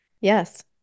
Yes